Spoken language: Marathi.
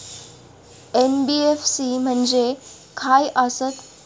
एन.बी.एफ.सी म्हणजे खाय आसत?